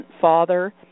father